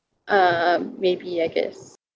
um maybe I guess